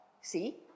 see